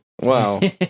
Wow